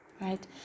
right